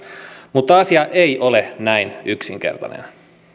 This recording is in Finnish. mutta asia ei ole näin yksinkertainen